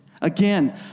again